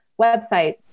website